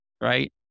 right